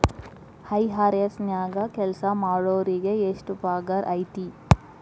IRS ನ್ಯಾಗ್ ಕೆಲ್ಸಾಮಾಡೊರಿಗೆ ಎಷ್ಟ್ ಪಗಾರ್ ಐತಿ?